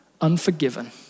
unforgiven